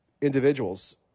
individuals